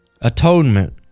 atonement